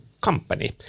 company